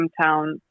hometown